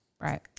Right